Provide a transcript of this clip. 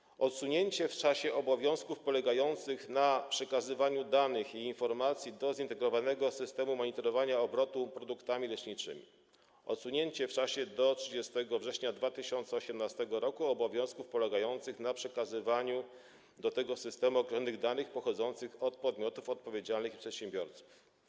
Następuje odsunięcie w czasie obowiązków polegających na przekazywaniu danych i informacji do zintegrowanego systemu monitorowania obrotu produktami leczniczymi, a także odsunięcie w czasie do 30 września 2018 r. obowiązków polegających na przekazywaniu do tego systemu danych pochodzących od podmiotów odpowiedzialnych i przedsiębiorców.